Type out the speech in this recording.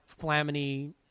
Flamini